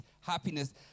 happiness